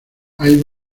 hay